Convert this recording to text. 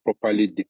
properly